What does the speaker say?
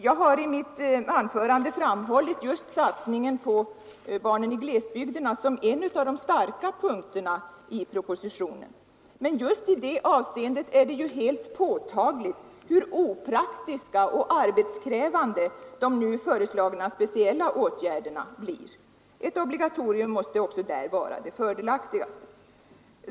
Jag har i mitt anförande framhållit just satsningen på barnen i glesbygderna som en av de starka punkterna i propositionen. Men i det avseendet är det helt påtagligt hur opraktiska och arbetskrävande de nu föreslagna speciella åtgärderna blir. Ett obligatorium måste också där vara det fördelaktigaste.